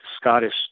Scottish